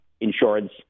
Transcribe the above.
insurance